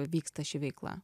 vyksta ši veikla